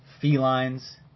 felines